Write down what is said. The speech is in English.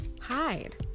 hide